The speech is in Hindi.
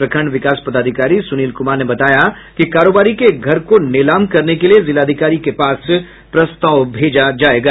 प्रखंड विकास पदाधिकारी सुनील कुमार ने बताया कि कारोबारी के एक घर को नीलाम करने के लिए जिलाधिकारी के पास प्रस्ताव भेजा जायेगा